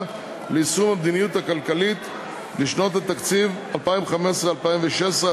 ליישום המדיניות הכלכלית לשנות התקציב 2015 ו-2016),